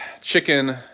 chicken